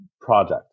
project